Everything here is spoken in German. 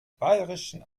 bayerischen